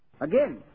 Again